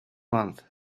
month